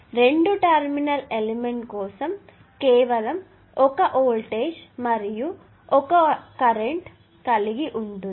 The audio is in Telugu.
రెండు టెర్మినల్ ఎలిమెంట్ కోసం కేవలం ఒక వోల్టేజ్ మరియు ఒక కరెంట్ కలిగి ఉంటుంది